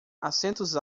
assentos